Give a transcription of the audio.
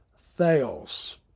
theos